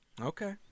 Okay